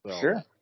Sure